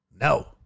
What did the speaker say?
no